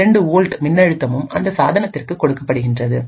2 volt மின்னழுத்தமும் அந்த சாதனத்திற்கு கொடுக்கப்படுகின்றது